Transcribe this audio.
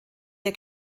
der